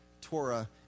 Torah